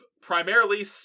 Primarily